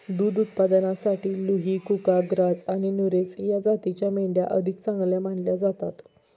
दुध उत्पादनासाठी लुही, कुका, ग्राझ आणि नुरेझ या जातींच्या मेंढ्या अधिक चांगल्या मानल्या जातात